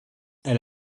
elle